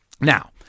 Now